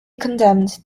condemned